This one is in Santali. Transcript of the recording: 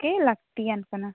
ᱜᱮ ᱞᱟᱹᱠᱛᱤᱭᱟᱱ ᱠᱟᱱᱟ